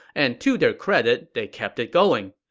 and to their credit, they kept it going.